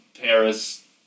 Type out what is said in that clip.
Paris